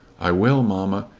i will, mamma.